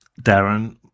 Darren